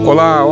Olá